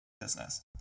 business